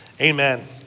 Amen